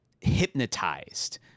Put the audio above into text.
hypnotized